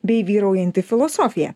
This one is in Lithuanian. bei vyraujanti filosofija